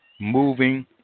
moving